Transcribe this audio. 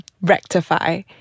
rectify